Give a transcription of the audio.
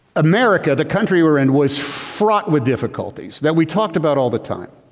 america the country were in was fraught with difficulties that we talked about all the time.